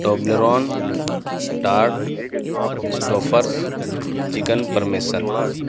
Toblerone ٹاٹ Stouffer's chicken permission